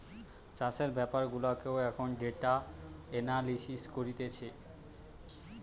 চাষের বেপার গুলাতেও এখন ডেটা এনালিসিস করতিছে